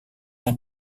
dan